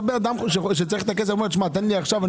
אדם שצריך את הכסף אומר: תן לי עכשיו,